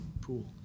pool